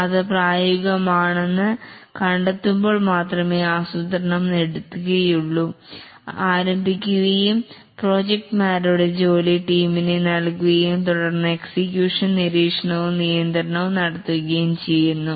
അത് പ്രായോഗികമാണെന്ന് കണ്ടെത്തുമ്പോൾ മാത്രമേ ആസൂത്രണം എടുക്കുകയുള്ളൂ ആരംഭിക്കുകയും പ്രോജക്റ്റ് മാനേജരുടെ ജോലി ടീമിനെ നൽകുകയും തുടർന്ന് എക്സിക്യൂഷൻ നിരീക്ഷണവും നിയന്ത്രണവും നടത്തുകയും ചെയ്യുന്നു